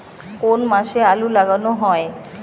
কোন মাসে আলু লাগানো হয়?